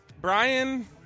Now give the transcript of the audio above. Brian